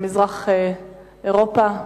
במזרח-אירופה.